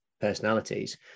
personalities